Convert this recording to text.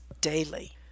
daily